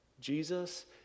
Jesus